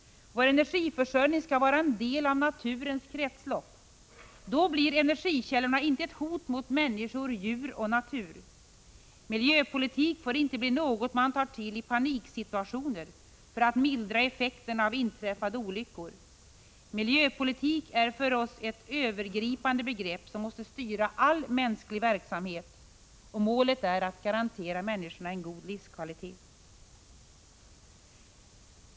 Vår energiförsörjning skall vara en del av naturens kretslopp. Då blir energikällorna inte ett hot mot människor, djur och natur. Miljöpolitik får inte bli något man tar till i paniksituationer för att mildra effekterna av inträffade olyckor. Miljöpolitik är för oss ett övergripande begrepp, som måste styra all mänsklig verksamhet, och målet är att garantera människorna en god livskvalitet.